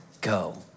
go